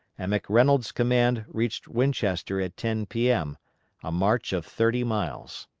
and mcreynolds' command reached winchester at ten p m a march of thirty miles.